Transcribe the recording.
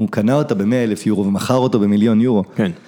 הוא קנה אותה במאה אלף יורו ומכר אותו במיליון יורו. כן.